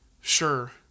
Sure